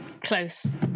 close